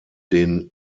den